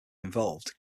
involved